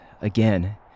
again